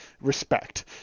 Respect